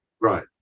Right